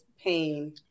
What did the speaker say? pain